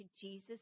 Jesus